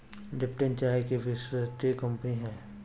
Lipton चाय के विश्वस्तरीय कंपनी हअ